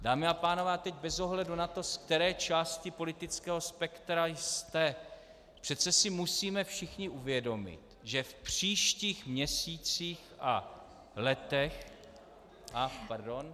Dámy a pánové, teď bez ohledu na to, ze které části politického spektra jste, přece si musíme všichni uvědomit, že v příštích měsících a letech, pardon.